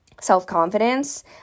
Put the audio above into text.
self-confidence